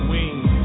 Wings